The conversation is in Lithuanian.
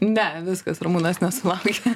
ne viskas rumūnas nesulaukė